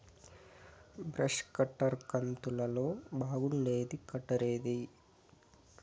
Brush cutter కంతులలో బాగుండేది cutter ఏది?